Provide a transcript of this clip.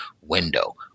window